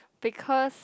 because